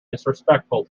disrespectful